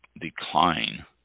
decline